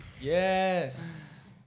Yes